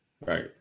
right